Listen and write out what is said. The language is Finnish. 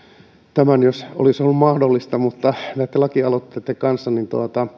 tämän jos olisi ollut mahdollista niin näitten lakialoitteitten kanssa